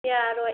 ꯌꯥꯔꯣꯏ